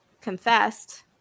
confessed